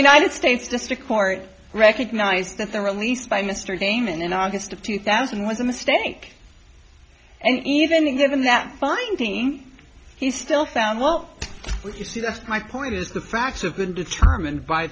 united states district court recognized that the release by mr damon in august of two thousand was a mistake and even given that finding he still found well what you see that's my point is the facts of been determined by